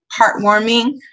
heartwarming